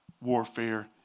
warfare